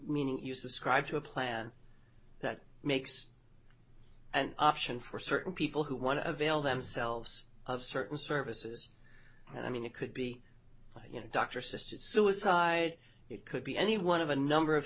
meaning you subscribe to a plan that makes an option for certain people who want to avail themselves of certain services and i mean it could be you know doctor assisted suicide it could be any one of a number of